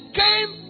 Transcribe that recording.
came